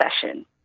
session